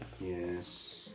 Yes